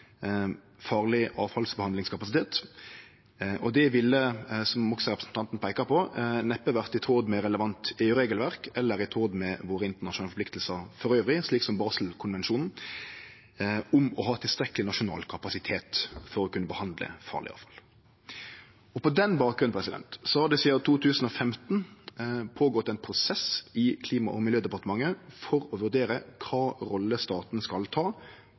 farleg avfallbehandlingskapasitet, og det ville, som også representanten peika på, neppe vore i tråd med relevant EU-regelverk eller i tråd med våre internasjonale forpliktingar elles, slik som Baselkonvensjonen, om å ha tilstrekkeleg nasjonal kapasitet for å kunne behandle farleg avfall. På den bakgrunn har det sidan 2015 vore ein prosess i Klima- og miljødepartementet for å vurdere kva rolle staten skal ta